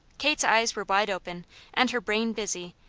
kate's eyes were wide open and her brain busy,